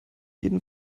jeden